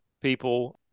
people